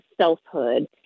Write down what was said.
selfhood